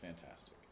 fantastic